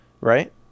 right